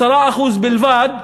10% בלבד.